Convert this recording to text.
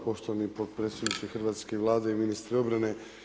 Poštovani potpredsjedniče hrvatske Vlade i ministre obrane.